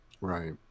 Right